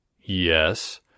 Yes